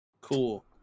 Cool